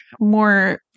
more –